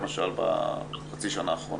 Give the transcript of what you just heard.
למשל בחצי השנה האחרונה.